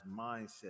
mindset